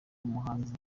umuhanzi